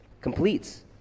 Completes